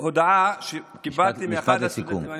הודעה שקיבלתי --- משפט לסיכום.